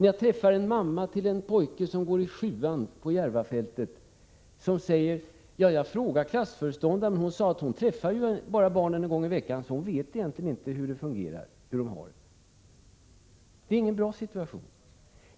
Jag har träffat en mamma till en pojke som går i 7:an på Järvafältet som sade: Jag frågade klassföreståndaren, men hon sade att hon träffar barnen bara en gång i veckan, så hon vet inte hur det fungerar och hur de har det. Det är ingen bra situation.